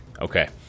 Okay